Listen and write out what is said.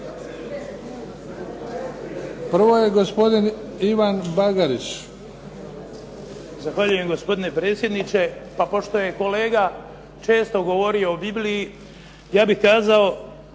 **Bagarić, Ivan (HDZ)** Zahvaljujem gospodine predsjedniče. Pa pošto je kolega često govorio o Bibliji, ja bih kazao